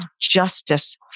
justice